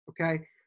okay